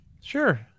Sure